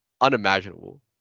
unimaginable